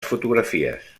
fotografies